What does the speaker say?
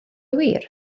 wir